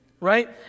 right